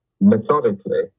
Methodically